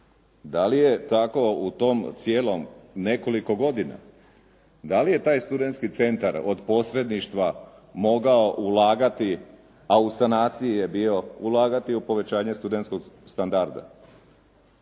Da li je tako u tom cijelom nekoliko godina, da li je taj studentski centar od posredništva mogao ulagati, a u sanaciji je bio, ulagati u povećanje studentskog standarda?